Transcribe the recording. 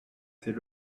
c’est